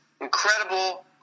incredible